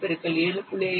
5 அடுக்கு 1